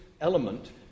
element